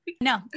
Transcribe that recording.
No